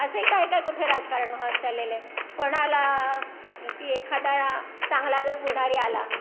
असेही काय काय कुठे राजकारण वाहवत चाललेलं आहे कोणाला की एखादा चांगला जर पुढारी आला